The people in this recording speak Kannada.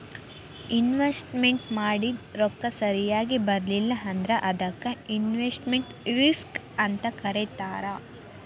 ಇನ್ವೆಸ್ಟ್ಮೆನ್ಟ್ ಮಾಡಿದ್ ರೊಕ್ಕ ಸರಿಯಾಗ್ ಬರ್ಲಿಲ್ಲಾ ಅಂದ್ರ ಅದಕ್ಕ ಇನ್ವೆಸ್ಟ್ಮೆಟ್ ರಿಸ್ಕ್ ಅಂತ್ ಕರೇತಾರ